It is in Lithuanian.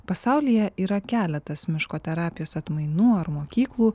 pasaulyje yra keletas miško terapijos atmainų ar mokyklų